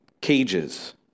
cages